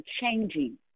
changing